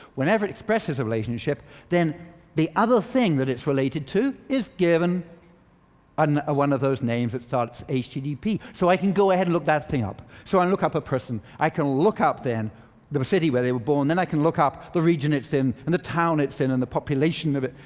whenever it expresses a relationship then the other thing that it's related to is given and one of those names that starts http. so, i can go ahead and look that thing up. so i look up a person i can look up then the city where they were born then i can look up the region it's in, and the town it's in, and the population of it,